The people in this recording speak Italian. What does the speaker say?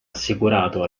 assicurato